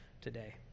today